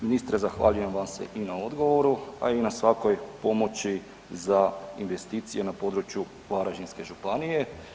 Ministre, zahvaljujem vam se i na odgovoru a i na svakoj pomoći za investicije na području Varaždinske županije.